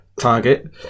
target